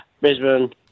Brisbane